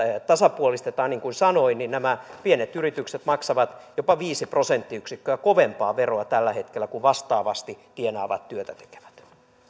tasapuolistetaan niin kuin sanoin nämä pienet yritykset maksavat jopa viisi prosenttiyksikköä kovempaa veroa tällä hetkellä kuin vastaavasti tienaavat työtä tekevät